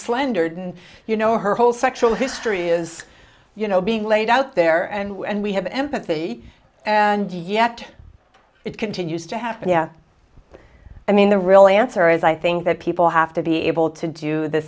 slandered you know her whole sexual history is you know being laid out there and we have empathy and yet it continues to happen i mean the real answer is i think that people have to be able to do the